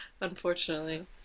Unfortunately